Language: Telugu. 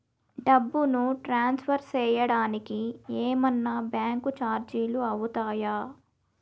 డబ్బును ట్రాన్స్ఫర్ సేయడానికి ఏమన్నా బ్యాంకు చార్జీలు అవుతాయా?